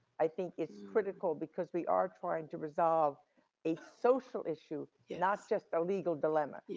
i think it's critical because we are trying to resolve a social issue not just a legal dilemma.